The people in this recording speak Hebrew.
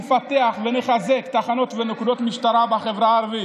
נפתח ונחזק תחנות ונקודות משטרה בחברה הערבית,